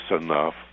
enough